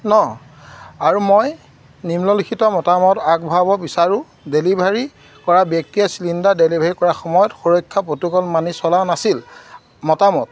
ন আৰু মই নিম্নলিখিত মতামত আগবঢ়াব বিচাৰোঁ ডেলিভাৰী কৰা ব্যক্তিয়ে চিলিণ্ডাৰ ডেলিভাৰী কৰাৰ সময়ত সুৰক্ষা প্ৰট'কল মানি চলা নাছিল মতামত